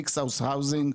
מיקס הוזים,